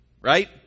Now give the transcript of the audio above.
right